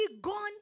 gone